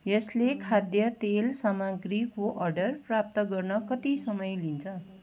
यसले खाद्य तेल सामाग्रीको अर्डर प्राप्त गर्न कति समय लिन्छ